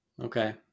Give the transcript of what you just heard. Okay